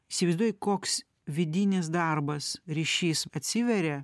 įsivaizduoji koks vidinis darbas ryšys atsiveria